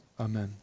Amen